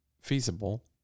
feasible